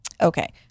Okay